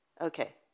Okay